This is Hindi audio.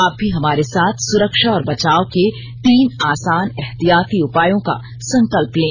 आप भी हमारे साथ सुरक्षा और बचाव के तीन आसान एहतियाती उपायों का संकल्प लें